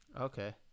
Okay